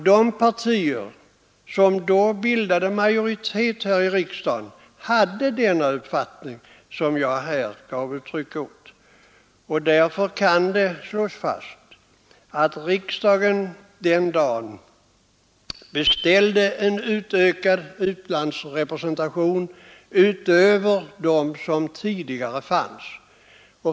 De partier som då bildade majoritet här i riksdagen hade den uppfattning som jag gav uttryck åt, och därför kan det slås fast att riksdagen den dagen beställde en utökad lantbruksrepresentation utöver den som tidigare fanns.